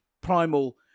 primal